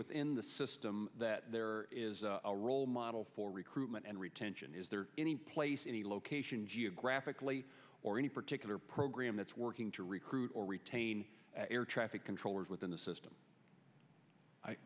within the system that there is a role model for recruitment and retention is there any place any location geographically or any particular program that's working to recruit or retain air traffic controllers within the system